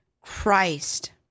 Christ